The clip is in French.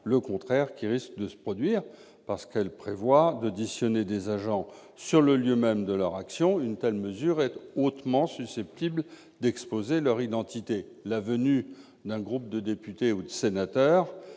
le contraire qui risque de se produire ! Cet article prévoit en effet l'audition d'agents sur le lieu même de leur action. Une telle mesure est hautement susceptible d'exposer leur identité. La venue d'un groupe de députés ou de sénateurs,